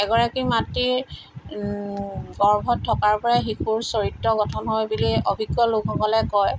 এগৰাকী মাতৃৰ গৰ্ভত থকাৰ পৰাই শিশুৰ চৰিত্ৰ গঠন হয় বুলি অভিজ্ঞ লোকসকলে কয়